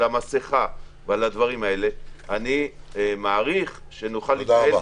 על המסכה ועל ההיגיינה אני מעריך שנוכל --- תודה רבה,